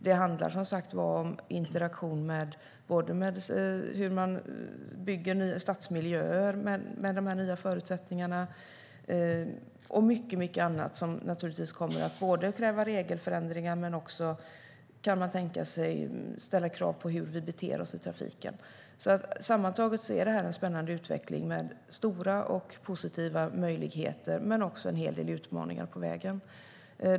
Det handlar också om hur man bygger stadsmiljöer med de nya förutsättningarna och om mycket annat som kommer att kräva regelförändringar och också ställa krav på hur vi beter oss i trafiken. Sammantaget är detta en spännande utveckling med stora och positiva möjligheter men också en hel del utmaningar på vägen.